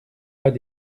pas